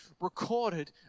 recorded